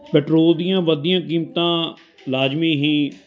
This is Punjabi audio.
ਪੈਟਰੋਲ ਦੀਆਂ ਵੱਧਦੀਆਂ ਕੀਮਤਾਂ ਲਾਜ਼ਮੀ ਹੀ